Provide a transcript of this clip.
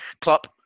Klopp